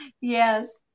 Yes